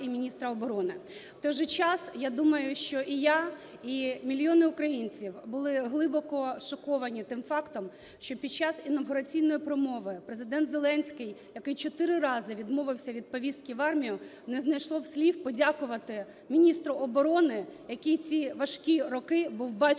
В той же час, я думаю, що і я, і мільйони українців були глибоко шоковані тим фактом, що під час інавгураційної промови ПрезидентЗеленський, який чотири рази відмовився від повістки в армію, не знайшов слів подякувати міністру оборони, який ці важкі роки був батьком